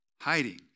Hiding